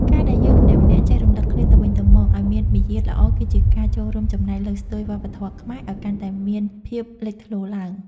ការដែលយើងម្នាក់ៗចេះរំលឹកគ្នាទៅវិញទៅមកឱ្យមានមារយាទល្អគឺជាការចូលរួមចំណែកលើកស្ទួយវប្បធម៌ខ្មែរឱ្យកាន់តែមានភាពលេចធ្លោឡើង។